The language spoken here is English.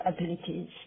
abilities